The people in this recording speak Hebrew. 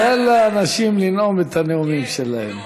תן לאנשים לנאום את הנאומים שלהם.